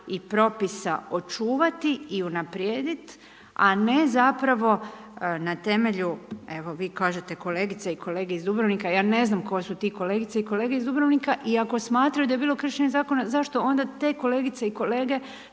i propisa očuvati i unaprijediti, a ne zapravo, na temelju, evo vi kažete kolegice i kolege iz Dubrovnika, ja ne znam, tko su te kolegice i kolege iz Dubrovnika, i ako smatraju da je bilo kršenje zakona, zašto onda te kolegice i kolege,